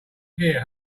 hear